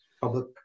public